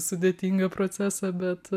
sudėtingą procesą bet